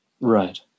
Right